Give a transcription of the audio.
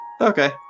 Okay